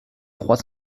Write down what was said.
trois